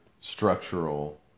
structural